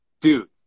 dude